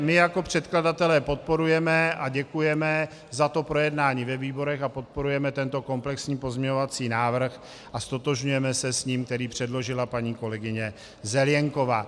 My jako předkladatelé děkujeme za projednání ve výborech a podporujeme tento komplexní pozměňovací návrh a ztotožňujeme se s ním, který předložila paní kolegyně Zelienková.